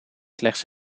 slechts